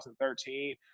2013